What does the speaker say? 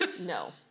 No